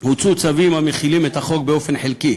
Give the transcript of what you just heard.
הוצאו צווים המחילים את החוק באופן חלקי,